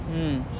mm